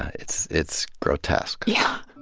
it's it's grotesque. yeah